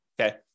okay